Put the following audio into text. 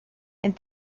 and